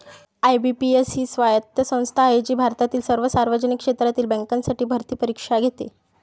IBPS ही स्वायत्त संस्था आहे जी भारतातील सर्व सार्वजनिक क्षेत्रातील बँकांसाठी भरती परीक्षा घेते